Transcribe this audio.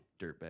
Dirtbag